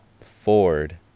ford